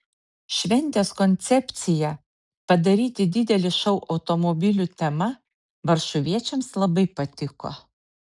šventės koncepcija padaryti didelį šou automobilių tema varšuviečiams labai patiko